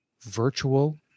Virtual